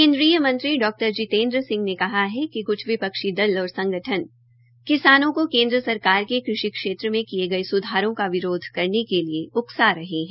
केंद्रीय मंत्री डाक्टर जीतेन्द्र सिंह ने कहा है कि क्छ विपक्षी दल और संगठन किसानों को मोदी सरकार के कृषि के क्षेत्र में किये गए सुधारों का विरोध करने के लिए उकसा रहे हैं